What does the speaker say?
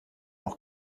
auch